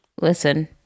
Listen